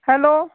hello